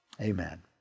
amen